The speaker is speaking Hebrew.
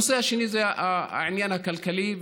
הנושא השני זה העניין הכלכלי.